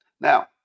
Now